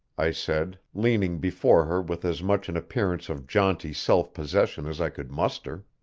i said, leaning before her with as much an appearance of jaunty self-possession as i could muster.